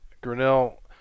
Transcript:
Grinnell